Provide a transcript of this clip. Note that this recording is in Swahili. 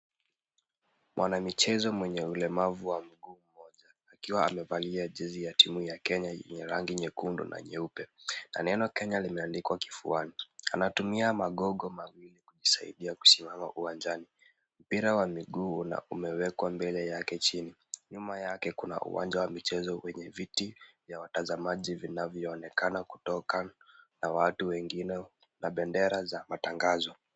Mwanamichezo mwenye ulemavu wa mguu mmoja, akiwa amevalia jezi ya timu ya Kenya yenye rangi ya nyekundu na nyeupe. Na neno Kenya limeandikwa kifuani. Anatumia magogo mawili kujisaidia kukimbia uwanjani. Mpira wa miguu umewekwa mbele yake chini. Nyuma yake kuna viti vya watazamaji vinavyoonekana kutoka na watu wengine na bendera za matangazo.